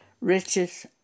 riches